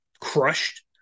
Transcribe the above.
crushed